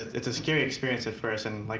it's a scary experience at first. and like